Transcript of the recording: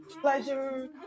Pleasure